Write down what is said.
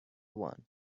one